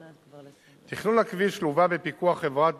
3. תכנון הכביש לווה בפיקוח חברת